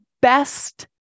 best